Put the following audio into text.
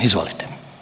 Izvolite.